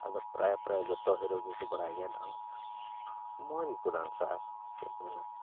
ᱟᱫᱚ ᱯᱨᱟᱭ ᱯᱨᱟᱭ ᱡᱚᱛᱚ ᱦᱤᱨᱳ ᱜᱮᱠᱚ ᱵᱟᱲᱟᱭ ᱜᱮᱭᱟ ᱰᱟᱱᱥ ᱢᱚᱡᱽ ᱜᱮᱠᱚ ᱰᱟᱱᱥᱟ ᱟᱨ ᱪᱮᱫ ᱠᱚ ᱢᱮᱱᱟ